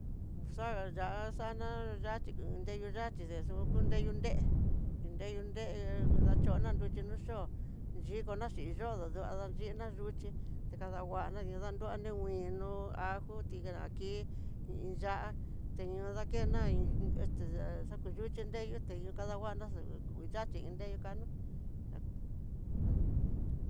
Uxa ya'á xana ya'áxhi ko nreyuyaxhi xexu kunreyu nré, nreyunre dachona nruxhi no'o yo'ó, yikona xhin yodo duadaxhina nruxhi ta kandanguana nridanruani nguinó ajo tidaki tiya'á, teño ndakena iin este yakuyuxi nreyu, teyu kanguana yaxhi iin nreyú kanó.